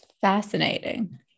fascinating